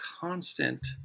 constant